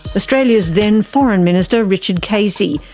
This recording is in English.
australia's then foreign minister, richard casey,